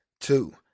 two